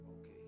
Okay